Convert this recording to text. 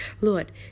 Lord